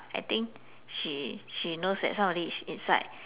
I think she she knows that somebody is inside